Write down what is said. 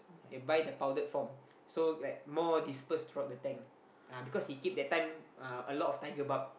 and buy the powdered form so like more dispersed throughout the tank uh because he keep that time uh a lot of tiger barb